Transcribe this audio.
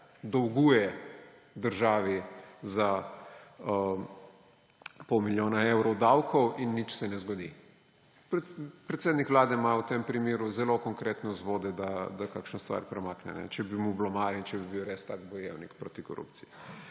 dolguje državi za pol milijona evrov davkov in nič se ne zgodi. Predsednik Vlade ima v tem primeru zelo konkretne vzvode, da kakšno stvar premakne, če bi mu bilo mar in če bi bil res tak bojevnik proti korupciji.